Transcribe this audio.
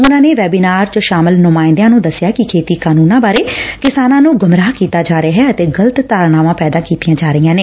ਉਨਾਂ ਨੇ ਵੈਬੀਨਾਰ ਚ ਸ਼ਾਮਲ ਨੁਮਾਂਇੰਦਿਆਂ ਨੂੰ ਦਸਿਆ ਕਿ ਖੇਤੀ ਕਾਨੂੰਨਾਂ ਬਾਰੇ ਕਿਸਾਨਾਂ ਨੂੰ ਗੁੰਮਰਾਹ ਕੀਤਾ ਜਾ ਰਿਹੈ ਅਤੇ ਗਲਤ ਧਾਰਨਾਵਾ ਪੈਦਾ ਕੀਤੀਆਂ ਜਾ ਰਹੀਆਂ ਨੇ